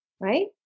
Right